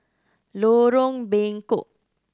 Lorong Bengkok